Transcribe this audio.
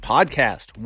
Podcast